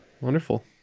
Wonderful